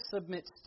submits